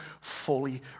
fully